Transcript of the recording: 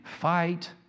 fight